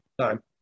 time